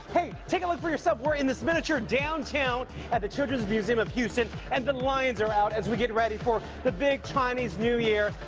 take a look for yourself. we're in this miniature downtown at the children's museum of houston. and the lions are out as we get ready for the big chinese new year.